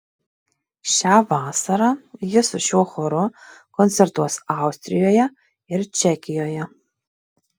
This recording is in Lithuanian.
šią vasarą ji su šiuo choru koncertuos austrijoje ir čekijoje